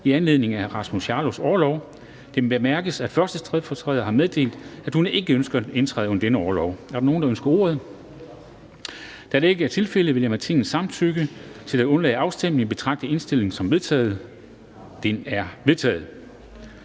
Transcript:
i anledning af Rasmus Jarlovs orlov. Det bemærkes, at 1. stedfortræder har meddelt, at hun ikke ønsker at indtræde under denne orlov. Er der nogen, der ønsker ordet? Da det ikke er tilfældet, vil jeg med Tingets samtykke til at undlade afstemning betragte indstillingen som vedtaget. Den er vedtaget.